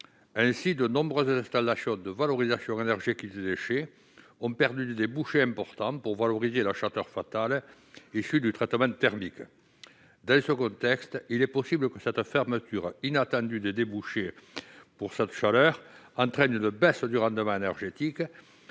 Ainsi, de nombreuses installations de valorisation énergétique des déchets ont perdu des débouchés importants pour valoriser la chaleur fatale issue du traitement thermique. Dans ce contexte, il est possible que cette fermeture inattendue des débouchés pour la chaleur fatale entraîne une baisse du rendement énergétique,